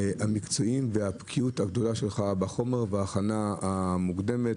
המקצועיים והבקיאות הגדולה שלך בחומר וההכנה המוקדמת.